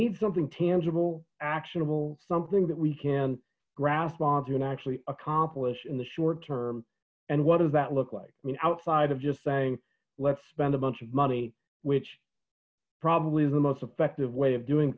need something tangible actionable something that we can grasp onto and actually accomplish in the short term and what does that look like i mean outside of just saying let's spend a bunch of money which probably is the most effective way of doing